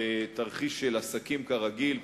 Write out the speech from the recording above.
בתרחיש של עסקים כרגיל,